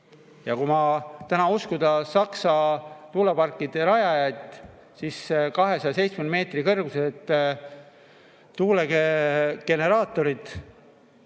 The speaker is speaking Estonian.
Ja kui täna uskuda Saksa tuuleparkide rajajaid, siis 270 meetri kõrgusel tuulegeneraatorid